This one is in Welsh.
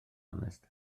onest